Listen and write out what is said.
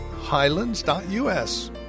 highlands.us